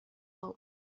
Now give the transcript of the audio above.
help